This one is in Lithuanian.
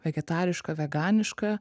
vegetarišką veganišką